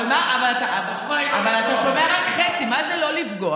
החוכמה היא לא לפגוע בהם.